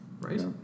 right